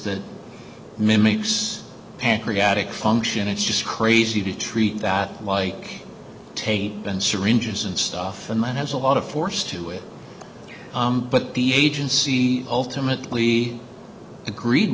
that mimics pancreatic function it's just crazy to treat that like tape and syringes and stuff and that has a lot of force to it but the agency ultimately agreed